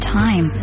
time